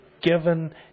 Given